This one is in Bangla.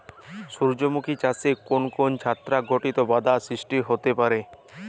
সূর্যমুখী চাষে কোন কোন ছত্রাক ঘটিত বাধা সৃষ্টি হতে পারে?